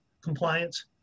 compliance